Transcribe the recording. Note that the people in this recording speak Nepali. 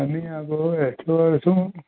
अनि अब यस्तो छौँ